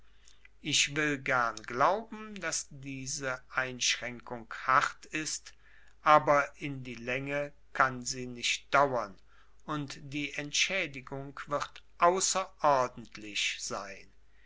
ich will gern glauben daß diese einschränkung hart ist aber in die länge kann sie nicht dauren und die entschädigung wird außerordentlich sein